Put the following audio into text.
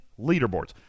leaderboards